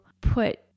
put